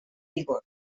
vigor